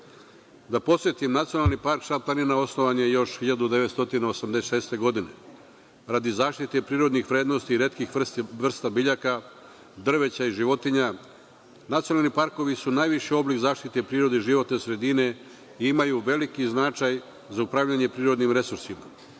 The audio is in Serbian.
podsetim, „Nacionalni park Šar-planina“ osnovan je još 1986. godine, radi zaštite prirodnih vrednosti retkih vrsta biljaka, drveća i životinja. Nacionalni parkovi su najviši oblik zaštite prirode i životne sredine i imaju veliki značaj za upravljanje prirodnim resursima.